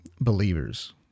believers